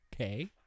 Okay